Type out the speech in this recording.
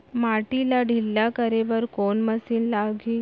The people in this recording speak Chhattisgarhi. माटी ला ढिल्ला करे बर कोन मशीन लागही?